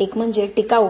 एक म्हणजे टिकाव